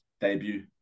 debut